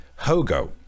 hogo